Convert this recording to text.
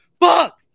Fuck